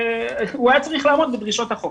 הוא היה צריך לעמוד בדרישות החוק.